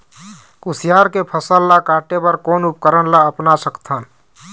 कुसियार के फसल ला काटे बर कोन उपकरण ला अपना सकथन?